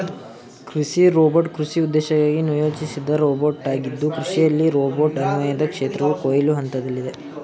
ಕೃಷಿ ರೋಬೋಟ್ ಕೃಷಿ ಉದ್ದೇಶಕ್ಕಾಗಿ ನಿಯೋಜಿಸಿದ ರೋಬೋಟಾಗಿದ್ದು ಕೃಷಿಯಲ್ಲಿ ರೋಬೋಟ್ ಅನ್ವಯದ ಕ್ಷೇತ್ರವು ಕೊಯ್ಲು ಹಂತದಲ್ಲಿದೆ